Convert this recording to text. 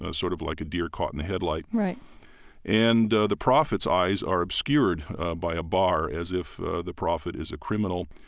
ah sort of like a deer caught in the headlight. and the prophet's eyes are obscured by a bar as if the prophet is a criminal.